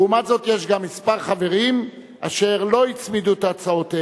לעומת זאת יש גם כמה חברים אשר לא הצמידו את הצעותיהם,